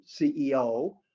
CEO